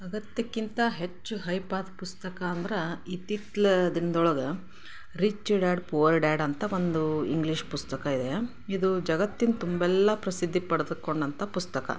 ಅಗತ್ಯಕ್ಕಿಂತ ಹೆಚ್ಚು ಹೈಪಾದ ಪುಸ್ತಕ ಅಂದ್ರೆ ಇತ್ತಿತ್ತಲ ದಿನದೊಳಗೆ ರಿಚ್ ಡ್ಯಾಡ್ ಪುವರ್ ಡ್ಯಾಡ್ ಅಂತ ಒಂದು ಇಂಗ್ಲೀಷ್ ಪುಸ್ತಕ ಇದೆ ಇದು ಜಗತ್ತಿನ ತುಂಬೆಲ್ಲ ಪ್ರಸಿದ್ದಿ ಪಡೆದುಕೊಂಡಂಥ ಪುಸ್ತಕ